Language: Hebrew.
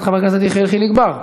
חברת הכנסת יעל כהן-פארן,